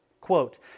quote